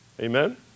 Amen